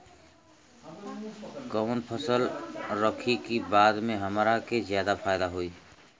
कवन फसल रखी कि बाद में हमरा के ज्यादा फायदा होयी?